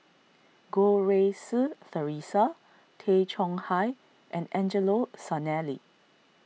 Goh Rui Si theresa Tay Chong Hai and Angelo Sanelli